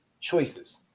choices